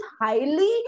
highly